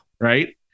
Right